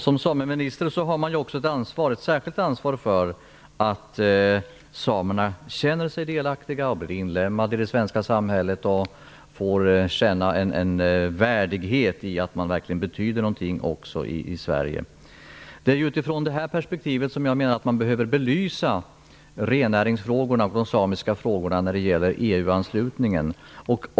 Som sameminister har man ett särskilt ansvar för att samerna känner sig delaktiga och blir inlemmade i det svenska samhället samt att de får känna en värdighet i att de betyder någonting i Sverige. Det är utifrån detta perspektiv som man behöver belysa rennäringsfrågorna och de samiska frågorna när det gäller EU-anslutningen.